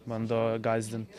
bando gąsdint